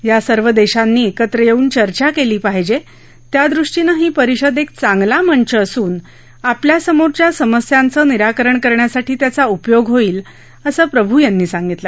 या सर्व देशांनी एकत्र येऊन चर्चा केली पाहिजे त्यादृष्टीनं ही परिषद एक चांगला मंच असून आपल्या समोरच्या समस्यांचं निराकरण करण्यासाठी त्याचा उपयोग होईल असं प्रभू यांनी यावेळी सांगितलं